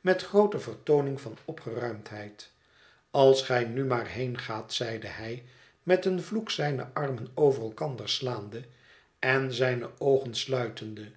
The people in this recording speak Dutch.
met groote vertooning van opgeruimdheid als gij nu maar heengaat zeide hij met een vloek zijne armen over elkander slaande en zijne oogen sluitende